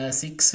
six